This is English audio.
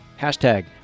Hashtag